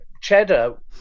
cheddar